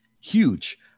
huge